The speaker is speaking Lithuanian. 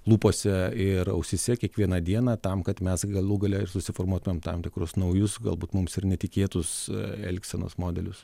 lūpose ir ausyse kiekvieną dieną tam kad mes galų gale ir susiformuotumėm tam tikrus naujus galbūt mums ir netikėtus elgsenos modelius